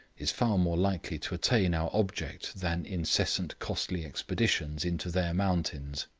is far more likely to attain our object than incessant costly expeditions into their mountains.